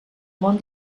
món